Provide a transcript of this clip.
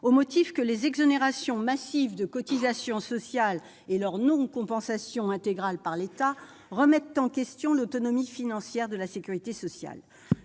au motif que les exonérations massives de cotisations sociales et leur non-compensation intégrale par l'État remettent en question l'autonomie financière de la sécurité sociale.